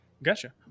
Gotcha